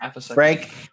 Frank